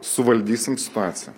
suvaldysim situaciją